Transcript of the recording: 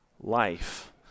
life